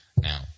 Now